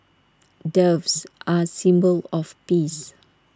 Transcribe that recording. doves are A symbol of peace